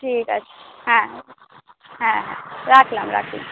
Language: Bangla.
ঠিক আছে হ্যাঁ হ্যাঁ হ্যাঁ রাখলাম রাখলাম